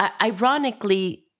ironically